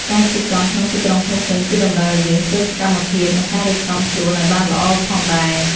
ការជិះកង់ក្នុងទីក្រុងភ្នំពេញ គឺតម្រូវឲ្យយើងធ្វើសកម្មភាព និងការរៀបចំខ្លួនឲ្យបានល្អផងដែរ។